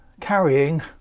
carrying